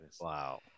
Wow